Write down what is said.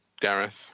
Gareth